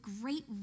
great